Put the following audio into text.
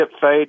fade